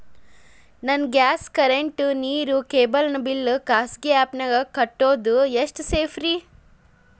ನನ್ನ gas current, ನೇರು, cable ನ ಬಿಲ್ ಖಾಸಗಿ ಆ್ಯಪ್ ನ್ಯಾಗ್ ಕಟ್ಟೋದು ಎಷ್ಟು ಸೇಫ್ರಿ?